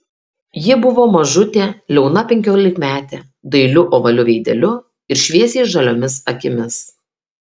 ji buvo mažutė liauna penkiolikmetė dailiu ovaliu veideliu ir šviesiai žaliomis akimis